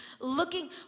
looking